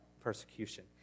persecution